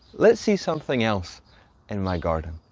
let's see something else in my garden.